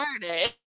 started